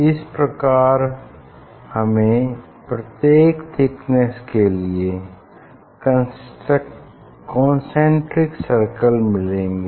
इस प्रकार हमें प्रत्येक थिकनेस के लिए कॉन्सेंट्रिक सर्कल मिलेंगे